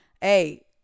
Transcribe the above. hey